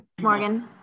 Morgan